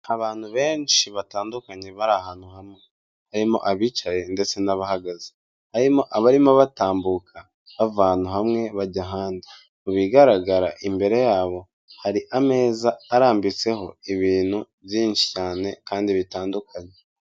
Abantu benshi batandukanye bari ahantu hamwe, harimo abicaye ndetse n'abahagaze, harimo abarimo batambuka bava ahantu hamwe bajya ahandi, mu bigaragara imbere yabo, hari ameza arambitseho ibintu byinshi cyane kandi bitandukanye.